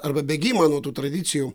arba bėgimą nuo tų tradicijų